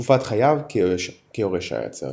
תקופת חייו כיורש העצר